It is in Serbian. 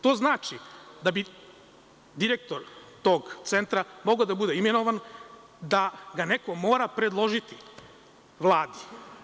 To znači da bi direktor tog centra mogao da bude imenovan neko ga mora predložiti Vladi.